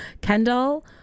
Kendall